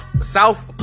South